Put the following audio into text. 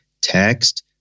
Text